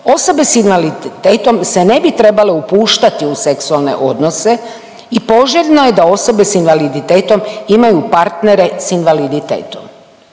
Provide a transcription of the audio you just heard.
osobe s invaliditetom se ne bi trebale upuštati u seksualne odnose i poželjno je da osobe s invaliditetom imaju partnere s invaliditetom.